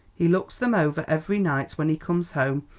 he looks them over every night when he comes home,